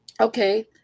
okay